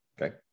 okay